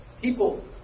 People